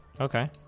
Okay